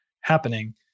happening